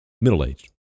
Middle-aged